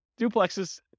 duplexes